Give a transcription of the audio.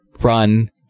Run